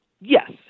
yes